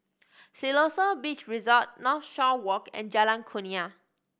Siloso Beach Resort Northshore Walk and Jalan Kurnia